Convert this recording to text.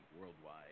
worldwide